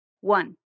one